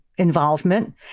involvement